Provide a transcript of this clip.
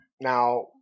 now